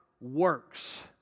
Works